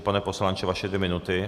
Pane poslanče, vaše dvě minuty.